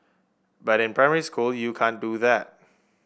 but in primary school you can't do that